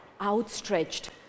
outstretched